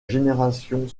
génération